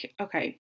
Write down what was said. okay